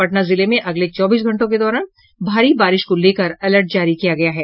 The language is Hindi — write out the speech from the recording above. पटना जिले में अगले चौबीस घंटों के दौरान भारी बारिश को लेकर अलर्ट जारी किया गया है